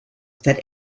that